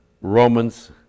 Romans